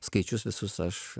skaičius visus aš